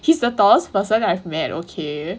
he's the tallest person I've met okay